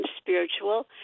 spiritual